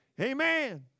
amen